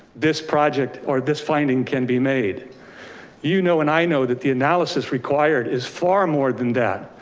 this project or this finding can be made you know and i know that the analysis required is far more than that.